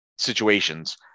situations